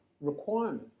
requirement